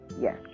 yes